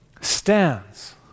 stands